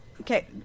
Okay